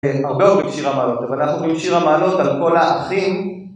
הרבה הרבה עם שיר המעלות, אבל אנחנו עם שיר המעלות על כל האחים